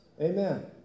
Amen